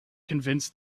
convince